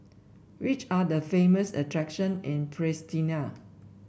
which are the famous attraction in Pristina